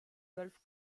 golf